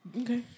Okay